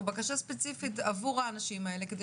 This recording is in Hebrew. או בקשה ספציפית עבור האנשים האלה כדי